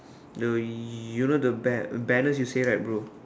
the y~ you know the ban~ banners you said right bro